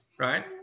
Right